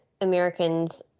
Americans